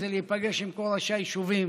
זה להיפגש עם כל ראשי היישובים